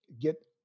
get